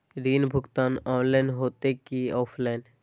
ऋण भुगतान ऑनलाइन होते की ऑफलाइन?